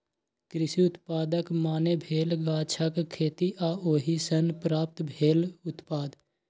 कृषि उत्पादक माने भेल गाछक खेती आ ओहि सँ प्राप्त भेल उत्पाद